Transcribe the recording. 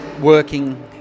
working